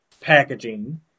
packaging